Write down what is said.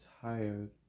tired